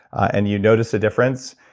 and you notice a difference,